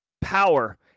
power